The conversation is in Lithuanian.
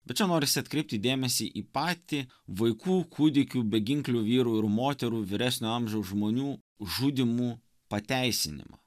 bet čia norisi atkreipti dėmesį į patį vaikų kūdikių beginklių vyrų ir moterų vyresnio amžiaus žmonių žudymų pateisinimą